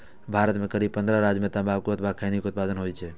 भारत के करीब पंद्रह राज्य मे तंबाकू अथवा खैनी के उत्पादन होइ छै